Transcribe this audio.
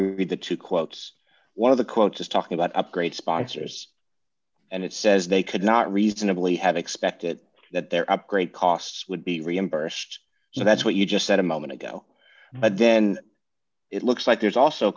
get the two quotes one of the quotes is talking about upgrade sponsors and it says they could not reasonably have expected that their upgrade costs would be reimbursed so that's what you just said a moment ago but then it looks like there's also